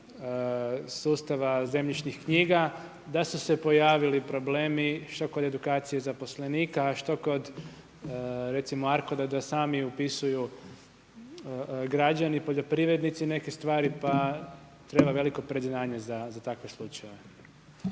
sustava zemljišnih knjiga, da su se pojavili problemi što kod edukacije zaposlenika, a što kod recimo Arkoda da sami upisuju građani, poljoprivrednici neke stvari, pa treba veliko predznanje za takve slučajeve.